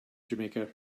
jamaica